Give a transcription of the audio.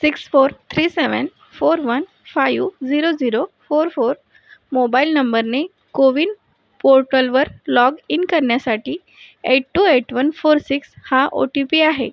six four three seven four one five zero zero four four mobile नंबरने कोविन पोटलवर log in करन्यासाठी eight two eight one four six हा O T P आहे